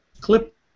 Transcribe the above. clip